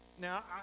Now